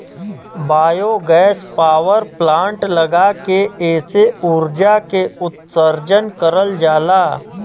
biogas power plant लगा के एसे उर्जा के उत्सर्जन करल जाला